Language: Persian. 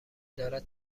دارد